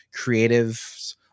creatives